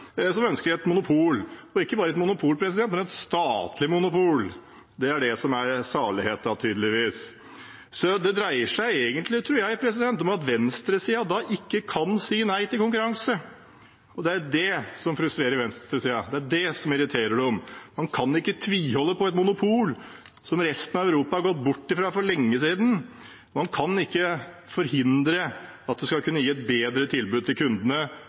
som ønsker et monopol – og ikke bare et monopol, men et statlig monopol. Det er det som er saligheten, tydeligvis. Det dreier seg egentlig, tror jeg, om at venstresiden ikke kan si nei til konkurranse, og det er det som frustrerer venstresiden. Det er det som irriterer dem. Man kan ikke tviholde på et monopol som resten av Europa har gått bort fra for lenge siden. Man kan ikke forhindre at det skal kunne gi et bedre tilbud til kundene